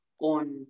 on